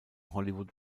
hollywood